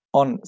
on